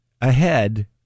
ahead